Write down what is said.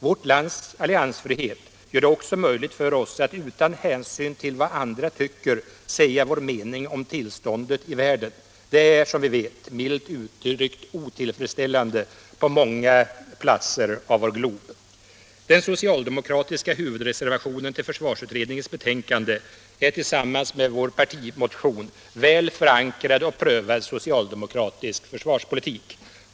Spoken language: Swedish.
Vårt lands alliansfrihet gör det också möjligt för oss att utan hänsyn till vad andra tycker säga vår mening om tillståndet i världen. Det är, som vi vet, milt uttryckt otillfredsställande på många platser på vår glob. Den socialdemokratiska huvudreservationen till försvarsutredningens betänkande är tillsammans med vår partimotion väl förankrad och prövad socialdemokratisk försvarspolitik.